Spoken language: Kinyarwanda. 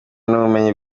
n’ubumenyi